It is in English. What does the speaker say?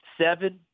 Seven